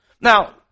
Now